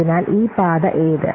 അതിനാൽ ഈ പാത ഏത്